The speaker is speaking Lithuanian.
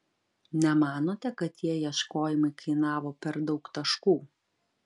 nemanote kad tie ieškojimai kainavo per daug taškų